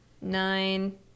Nine